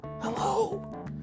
Hello